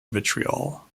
vitriol